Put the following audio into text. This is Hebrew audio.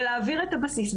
ולהעביר את הבסיס.